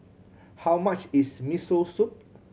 how much is Miso Soup